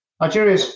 Nigeria